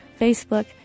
Facebook